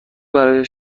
برای